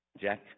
Jack